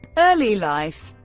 early life